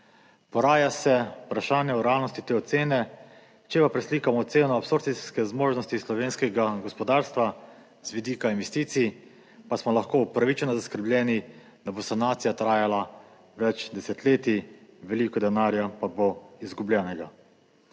Poraja se vprašanje o realnosti te ocene. Če pa preslikam oceno absorpcijske zmožnosti slovenskega gospodarstva z vidika investicij, pa smo lahko upravičeno zaskrbljeni, da bo sanacija trajala več desetletij, veliko denarja pa bo izgubljenega.